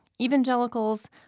Evangelicals